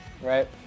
right